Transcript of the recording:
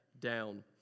down